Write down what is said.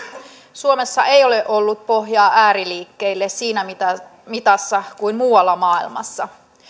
suomessa ei ole ollut pohjaa ääriliikkeille siinä mitassa kuin muualla maailmassa